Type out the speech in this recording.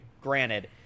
granted